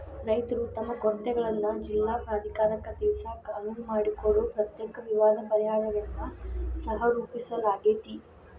ರೈತರು ತಮ್ಮ ಕೊರತೆಗಳನ್ನ ಜಿಲ್ಲಾ ಪ್ರಾಧಿಕಾರಕ್ಕ ತಿಳಿಸಾಕ ಅನುವು ಮಾಡಿಕೊಡೊ ಪ್ರತ್ಯೇಕ ವಿವಾದ ಪರಿಹಾರನ್ನ ಸಹರೂಪಿಸಲಾಗ್ಯಾತಿ